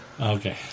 Okay